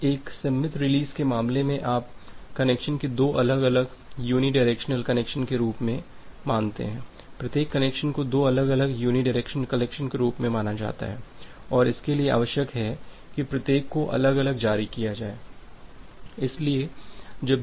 अब एक सममित रिलीज के मामले में आप कनेक्शन को दो अलग अलग यूनिडायरेक्शनल कनेक्शन के रूप में मानते हैं प्रत्येक कनेक्शन को दो अलग अलग यूनिडायरेक्शनल कनेक्शन के रूप में माना जाता है और इसके लिए आवश्यक है कि प्रत्येक को अलग अलग जारी किया जाए